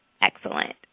excellent